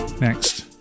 Next